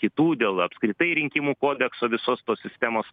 kitų dėl apskritai rinkimų kodekso visos tos sistemos